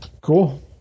Cool